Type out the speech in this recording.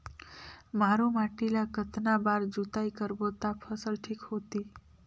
मारू माटी ला कतना बार जुताई करबो ता फसल ठीक होती?